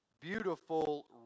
beautiful